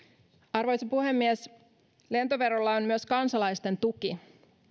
arvoisa puhemies lentoverolla on myös kansalaisten tuki